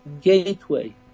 gateway